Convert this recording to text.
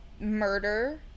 murder